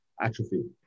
atrophy